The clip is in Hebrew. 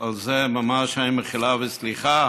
על זה ממש אין מחילה וסליחה,